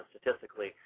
Statistically